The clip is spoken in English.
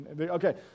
Okay